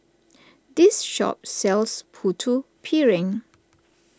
this shop sells Putu Piring